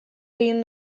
egin